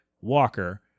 Walker